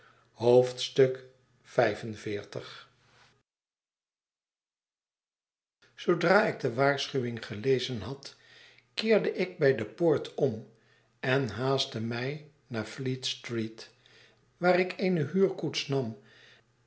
zoodra ik de waarschuwing gelezen had keerde ik bij de poort om en haastte mij naar fleetstreet waar ik eene huurkoets nam